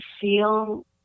feel